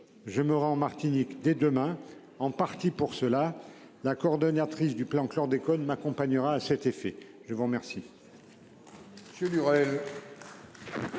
J'aimerais en Martinique dès demain en partie pour cela la coordonnatrice du plan chlordécone m'accompagnera à cet effet. Je vous remercie.